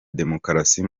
demokarasi